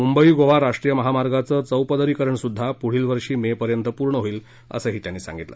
मुंबई गोवा राष्ट्रीय महामार्गाचं चौपदरीकरणसुद्धा पुढील वर्षी मे पर्यत पूर्ण होईलअसंही त्यांनी सांगितलं